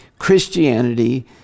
Christianity